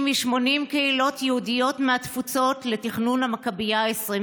מ-80 קהילות יהודיות מהתפוצות לתכנון המכבייה ה-21.